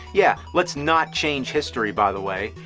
yeah, letis not change history by the way.